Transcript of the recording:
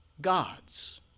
God's